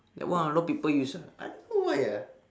that one a lot of people use ah I don't know why ah